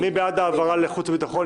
מי בעד ההעברה לחוץ וביטחון?